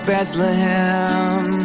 Bethlehem